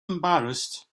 embarrassed